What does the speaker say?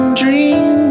dream